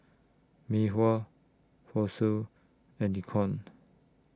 Mei Hua Fossil and Nikon